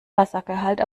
wassergehalt